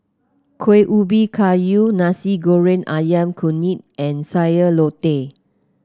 Kueh Ubi Kayu Nasi Goreng ayam Kunyit and Sayur Lodeh